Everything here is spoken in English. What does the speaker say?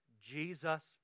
Jesus